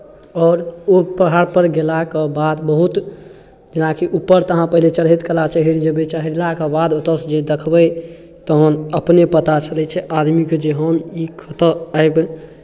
आओर ओ पहाड़पर गेलाके बाद बहुत जेनाकि ऊपर तऽ अहाँ पहिले चढ़ैत कला चढ़ि जेबै चढ़लाके बाद ओतयसँ जे देखबै तखन अपने पता चलै छै आदमीके जे हम ई कतय आबि